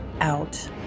Out